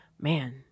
man